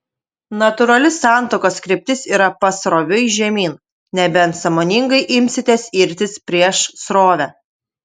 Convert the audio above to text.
natūrali santuokos kryptis yra pasroviui žemyn nebent sąmoningai imsitės irtis prieš srovę